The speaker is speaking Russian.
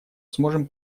сможем